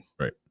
Right